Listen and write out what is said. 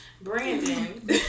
Brandon